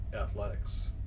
athletics